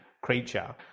creature